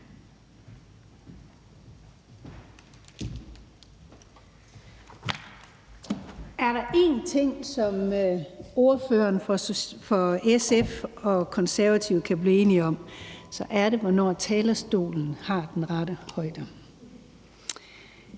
Er der én ting, som ordføreren fra SF og Konservative kan blive enige om, så er det, hvornår talerstolen har den rette højde.